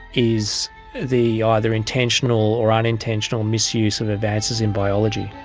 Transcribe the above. is the either intentional or unintentional misuse of advances in biology.